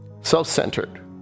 Self-centered